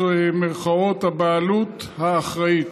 בעקרון "הבעלות האחראית".